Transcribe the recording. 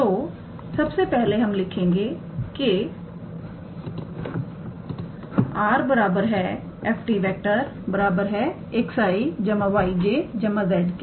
तो सबसे पहले हम लिखेंगे कि 𝑟⃗ 𝑓⃗𝑡 𝑥𝑖̂ 𝑦𝑗̂ 𝑧𝑘̂ 𝑥 𝑦 𝑧